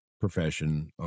profession